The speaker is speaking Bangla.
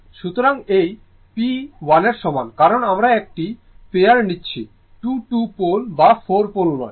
সুতরাং এই p 1 এর সমান কারণ আমরা একটি পেয়ার নিচ্ছি 2 2 পোল বা 4 পোল নয়